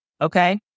Okay